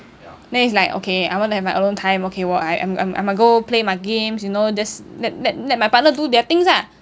then it's like okay I want to have my alone time okay oh I I I'm go play my games you know just let let let my partner do their things ah